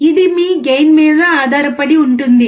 ఇది మీ గెయిన్ మీద ఆధారపడి ఉంటుంది